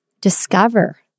discover